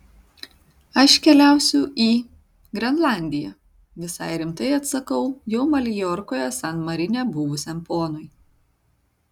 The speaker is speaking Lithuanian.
aš keliausiu į grenlandiją visai rimtai atsakau jau maljorkoje san marine buvusiam ponui